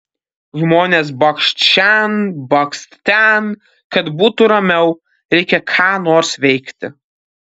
žmonės bakst šen bakst ten kad būtų ramiau reikia ką nors veikti